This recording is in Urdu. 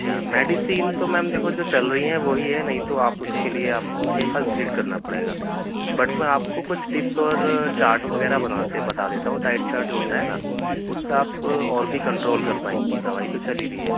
اچھا میڈیسین تو میم دیکھو جو چل رہی ہیں وہی ہیں نہیں تو آپ اُس كے لیے آپ كو نا میرے پاس وزٹ کرنا پڑے گا بٹ میں آپ کو کچھ ٹپس اور چارٹ وغیرہ بنوا کے بتا دیتا ہوں ڈائٹ چارٹ جو ہوتا ہے نا اُس كا آپ اور بھی كنٹرول کر پائیں گی دوائی تو چل ہی رہی ہے